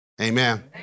Amen